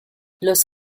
los